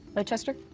manchester?